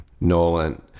Nolan